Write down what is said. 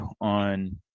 on